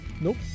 Nope